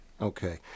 Okay